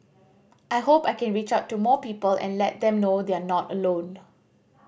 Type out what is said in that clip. I hope I can reach out to more people and let them know they're not alone